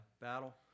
battle